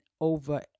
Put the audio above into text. over